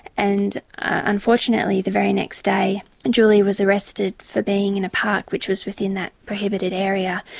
and unfortunately the very next day, and julie was arrested for being in a park which was within that prohibited area,